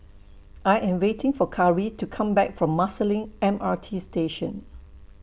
I Am waiting For Kari to Come Back from Marsiling M R T Station